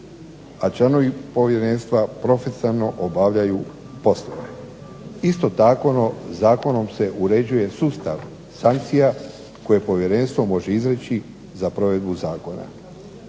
a članovi povjerenstva profesionalno obavljaju poslove. Isto tako, zakonom se uređuje sustav sankcija koje povjerenstvo može izreći za provedbu zakona.